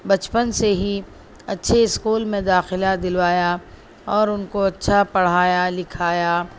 بچپن سے ہی اچھے اسکول میں داخلہ دلوایا اور ان کو اچھا پڑھایا لکھایا